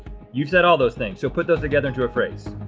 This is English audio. you've said all those things, so put those together into a phrase.